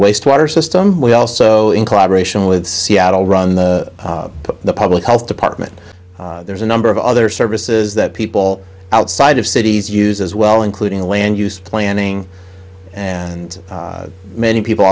wastewater system we also in collaboration with seattle run the public health department there's a number of other services that people outside of cities use as well including land use planning and many people